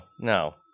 no